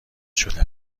شده